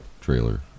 trailer